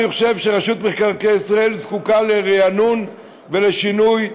אני חושב שרשות מקרקעי ישראל זקוקה לריענון ולשינוי.